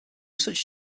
such